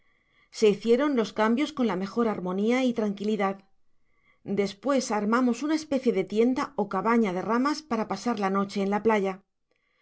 se hicieron los cambios con la mejor armonia y tranquilidad despues armamos una especie de tienda cabana de ramas para pasar la noche en la playa